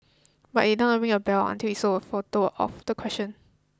but it not ring a bell until we saw a photo of the question